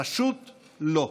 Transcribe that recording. פשוט לא.